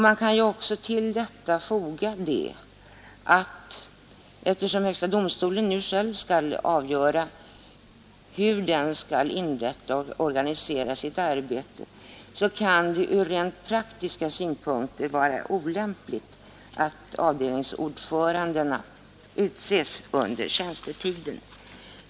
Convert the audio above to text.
Man kan tillägga att eftersom högsta domstolen nu själv skall avgöra hur den skall inrätta och organisera sitt arbete kan det ur rent praktiska synpunkter vara olämpligt att avdelningsordförandena utses för tjänstetid.